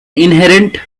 inherent